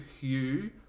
Hugh